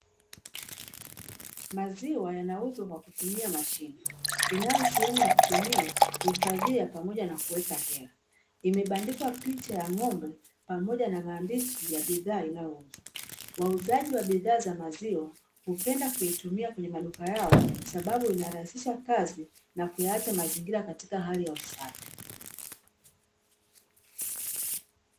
Maziwa yanauzwa kwa kutumia mashine, inayosehemu ya kupimia, kuhifadhia pamoja na kuweka hela. Imebandikwa picha ya ng'ombe pamoja na maandishi ya bidhaa inayouzwa. Wauzaji wa bidhaa za maziwa hupenda kuitumia kwenye maduka yao sababu inarahisisha kazi na kuyaacha mazingira katika hali ya usafi.